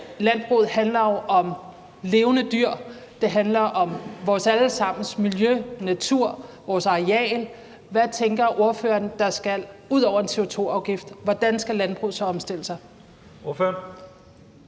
Landbruget handler jo om levende dyr, det handler om vores alle sammens miljø, natur, vores areal. Hvad tænker ordføreren der skal til ud over en CO2-afgift? Hvordan skal landbruget omstille sig?